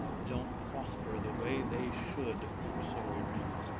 but don't prosper the way they should, or so we read.